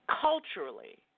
culturally